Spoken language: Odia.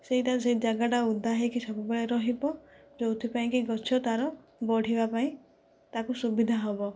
ସେହିଟା ସେ ଯାଗାଟା ଓଦା ହୋଇକି ସବୁବେଳେ ରହିବ ଯେଉଁଥିପାଇଁ କି ଗଛ ତା'ର ବଢ଼ିବା ପାଇଁ ତାକୁ ସୁବିଧା ହେବ